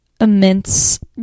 immense